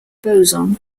boson